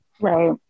right